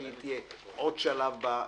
שהיא תהיה עוד שלב בהתמודדות.